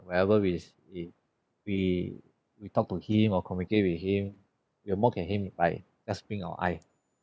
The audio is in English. whenever we we we we we talk to him or communicate with him we'll mock at him by just wink our eye